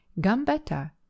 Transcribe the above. Gambetta